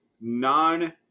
non